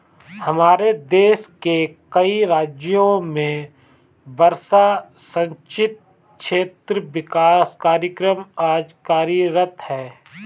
हमारे देश के कई राज्यों में वर्षा सिंचित क्षेत्र विकास कार्यक्रम आज कार्यरत है